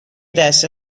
دسته